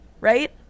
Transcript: right